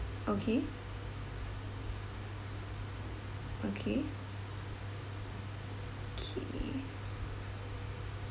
okay okay okay